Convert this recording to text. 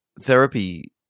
therapy